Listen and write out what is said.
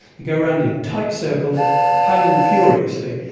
they go around in tights circles paddling furiously,